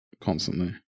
constantly